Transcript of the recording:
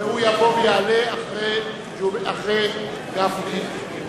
והוא יבוא ויעלה אחרי חבר הכנסת גפני.